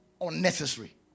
unnecessary